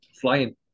Flying